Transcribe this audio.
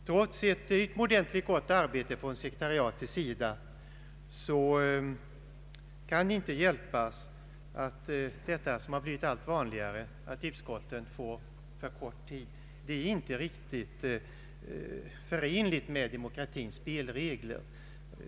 Trots ett utomordentligt gott arbete på sekretariatets sida kan det inte hjälpas att utskottet fått för kort tid på sig. Detta är inte riktigt förenligt med demokratins spelregler.